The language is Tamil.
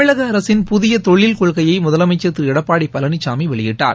தமிழக புதிய தொழில் அரசின் கொள்கையை முதலமைச்சா் திரு எடப்பாடி பழனிசாமி வெளியிட்டார்